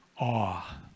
awe